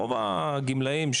רוב הגמלאים,